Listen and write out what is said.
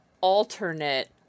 alternate